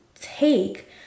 take